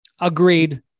agreed